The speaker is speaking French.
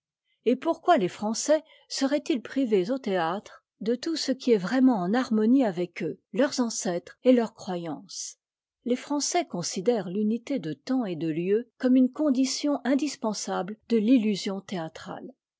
et pourquoi les français seraient-ils privés au théâtre de tout ce qui est vraiment en harmonie avec eux leurs ancêtres et leur croyance les français considèrent l'unité de temps et de lieu comme une condition indispensable de l'illusion théâtrale